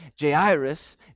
Jairus